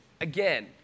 again